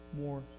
more